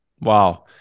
Wow